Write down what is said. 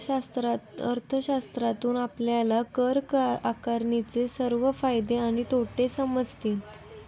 अर्थशास्त्रातून आपल्याला कर आकारणीचे सर्व फायदे आणि तोटे समजतील